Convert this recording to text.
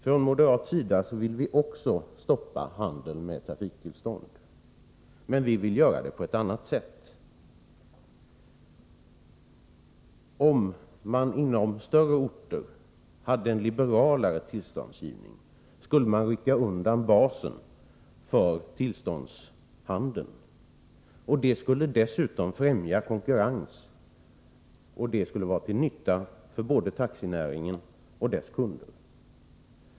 Från moderat sida vill vi också stoppa handeln med trafiktillstånd, men vi vill göra det på ett annat sätt. Om man på större orter hade en liberalare tillståndsgivning, skulle man rycka undan basen för tillståndshandeln. Detta skulle dessutom främja konkurrensen, och det skulle vara till nytta för både taxinäringen och dess kunder.